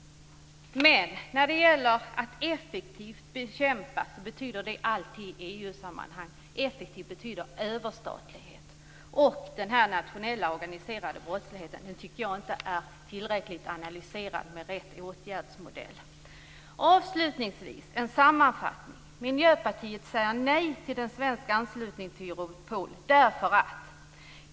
Att effektivt bekämpa betyder i EU-sammanhang överstatlighet. Den nationella organiserade brottsligheten har inte analyserats tillräckligt mycket för att få fram rätt åtgärdsmodell. Miljöpartiet säger nej till en svensk anslutning till Europol.